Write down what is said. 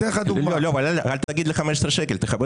לא יודעת, כאילו מה הכוונה.